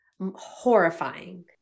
horrifying